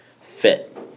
fit